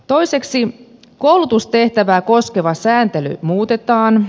toiseksi koulutustehtävää koskeva sääntely muutetaan